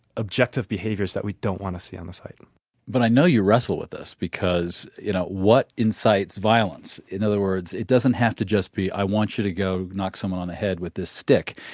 objective behaviors that we don't want to see on the site but i know you wrestle with this because, you know, what incites violence? in other words, it doesn't have to just be i want you to go knock someone on the head with this stick.